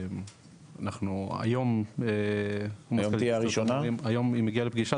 היום היא מגיעה לפגישה,